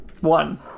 One